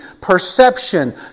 perception